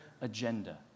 agenda